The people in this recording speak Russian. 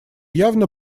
явно